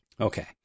Okay